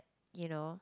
you know